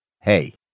Hey